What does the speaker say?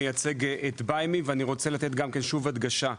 אני מייצג את Buy Me. אני רוצה לתת שוב הדגשה: